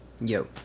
Yo